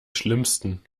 schlimmsten